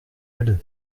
elle